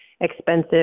expensive